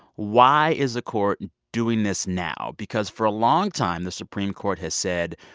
why is the court doing this now? because for a long time the supreme court has said,